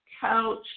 couch